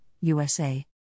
USA